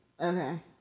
Okay